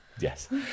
Yes